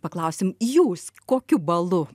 paklausim jūs kokiu balu